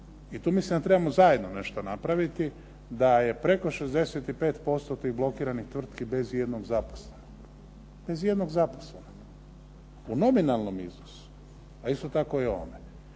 i tu mislim da trebamo zajedno nešto napraviti, da je preko 60% tih blokiranih tvrtki bez ijednog zaposlenog u nominalnom iznosu a isto tako i u ovome.